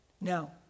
Now